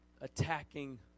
attacking